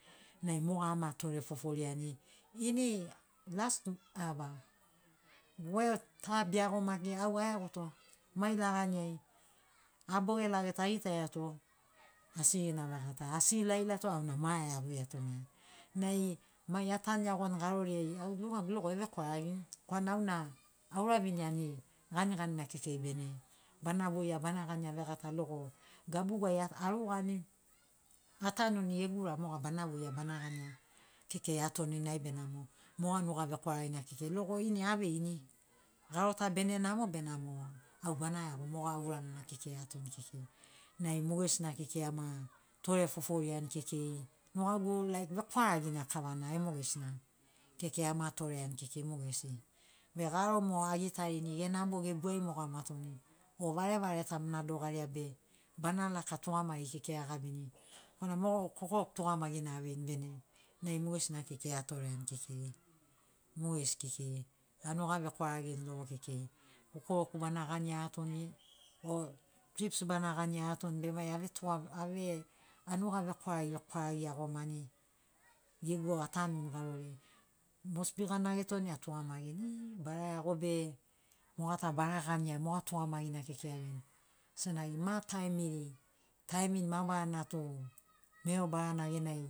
Nai moga ama tore foforiani ini last ava we ta beago maki au aeagoto mai lagani ai abogelageto agitaiato asigina vegata asi ilaila tu auna ma aeaguiato nai mai atanu iagoni garoriai au nugagu logo evekwaragini korana auna auraviniani ganiganina kekei bene bana voia bana gania vegata logo gabuguai arugani atanuni gegu ura moga bana voia bana gania kekei atoninai benamo moga nuga vekwaragina kekei logo ini aveini garo ta bene namo benamo au bana iago moga uranana kekei atoni kekei nai mogesina kekei ama tore foforiani kekei nugagu laik vekwaragina kavana e mogesina kekei ama toreani kekei mogesi be garo mo agitarini genamo gegu ai moga mo atoni o varevareta tam na dogaria be bana laka tugamagi kekei agabini korana mo kokoroku tugamagina aveini bene nai mogesina kekei atoreani kekei mogesi kekei a nugavekwaragini logo kekei kokoroku bana gania atoni o chips bana gania atoni be mai ave tu ave anuga vekwaragi vekwaragi iagomani gegu atanuni garoriai mosbi gana etoni atugamagini iiii bara iago be moga ta bara gania moga tugamagina kekei aveini senagi ma taimiri taimin mabarana tu mero barana genai